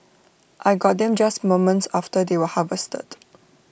I got them just moments after they were harvested